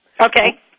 Okay